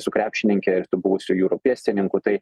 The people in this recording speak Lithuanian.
su krepšininke ir su buvusiu jūrų pėstininku tai